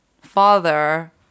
father